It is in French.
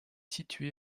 située